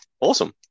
Awesome